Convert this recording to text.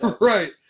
Right